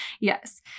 Yes